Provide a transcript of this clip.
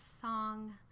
song